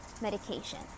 medication